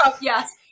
Yes